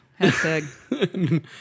Hashtag